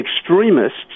extremists